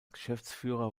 geschäftsführer